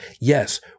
yes